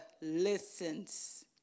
listens